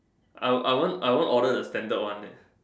I I won't I won't order the standard one leh